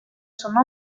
son